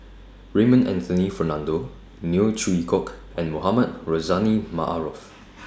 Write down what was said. Raymond Anthony Fernando Neo Chwee Kok and Mohamed Rozani Maarof